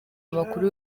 amakuru